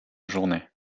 journée